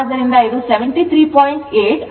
ಆದ್ದರಿಂದ ಇದು 73